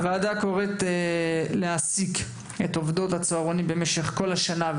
ט׳- הוועדה קוראת להעסיק את עובדות הצהרונים במשך כל השנה,